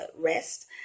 rest